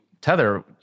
Tether